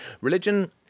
Religion